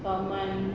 zaman